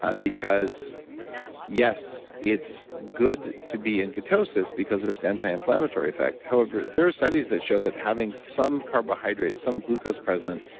ah because yes, it's good to be in ketosis, because of its antiinflammatory effect. however, there are studies that show that having some carbohydrates, some glucose present,